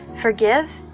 Forgive